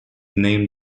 named